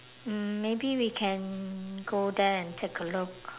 mm maybe we can go there and take a look